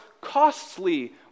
costly